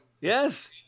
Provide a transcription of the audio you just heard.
Yes